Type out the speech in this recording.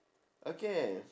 okay